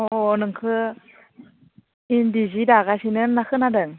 अ नोंखौ इन्दि सि दागासिनो होन्ना खोनादों